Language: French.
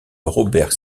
robert